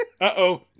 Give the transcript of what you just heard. uh-oh